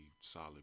solid